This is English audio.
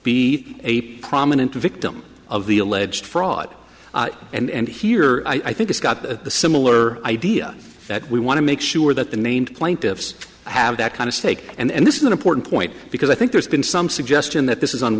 be a prominent victim of the alleged fraud and here i think it's got a similar idea that we want to make sure that the named plaintiffs have that kind of stake and this is an important point because i think there's been some suggestion that this